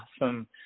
awesome